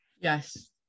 Yes